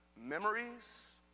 Memories